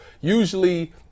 usually